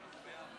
בעד.